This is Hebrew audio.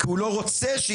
כי הוא לא רוצה שירצו.